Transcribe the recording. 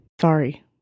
sorry